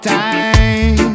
time